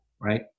right